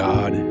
God